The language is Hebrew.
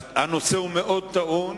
הנושא מאוד טעון,